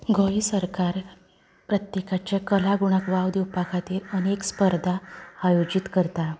गोंय सरकार प्रत्येकाच्या कला गुणांक वाव दिवपा खातीर अनेक स्पर्धा आयोजीत करता